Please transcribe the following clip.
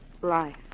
Life